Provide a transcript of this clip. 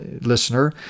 listener